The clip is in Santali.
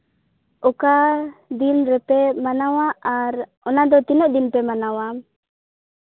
ᱚᱠᱟ ᱫᱤᱱ ᱨᱮᱯᱮ ᱢᱟᱱᱟᱣᱟ ᱟᱨ ᱚᱱᱟ ᱫᱚ ᱛᱤᱱᱟᱹᱜ ᱫᱤᱱ ᱯᱮ ᱢᱟᱱᱟᱣᱟ